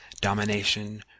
domination